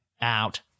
out